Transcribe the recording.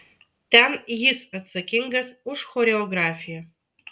ten jis atsakingas už choreografiją